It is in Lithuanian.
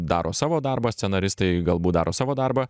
daro savo darbą scenaristai galbūt daro savo darbą